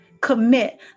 Commit